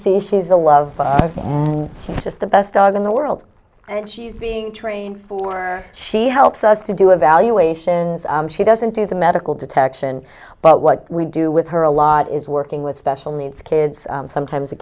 see she's a love you just the best dog in the world and she's being trained for she helps us to do evaluations she doesn't do the medical detection but what we do with her a lot is working with special needs kids sometimes the